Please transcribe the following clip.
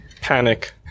Panic